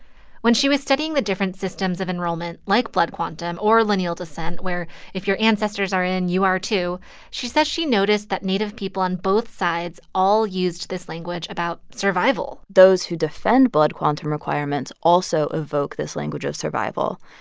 when she was studying the different systems of enrollment, like blood quantum or lineal descent where if your ancestors are in, you are, too she says she noticed that native people on both sides all used this language about survival those who defend blood quantum requirements also evoke this language of survival.